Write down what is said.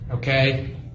Okay